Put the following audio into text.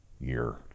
year